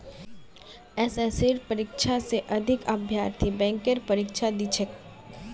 एसएससीर परीक्षा स अधिक अभ्यर्थी बैंकेर परीक्षा दी छेक